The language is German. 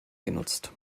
genutzt